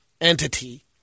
entity